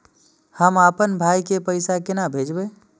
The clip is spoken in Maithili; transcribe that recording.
हम आपन भाई के पैसा केना भेजबे?